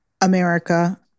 America